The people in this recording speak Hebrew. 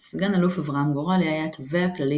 סגן-אלוף אברהם גורלי היה התובע הכללי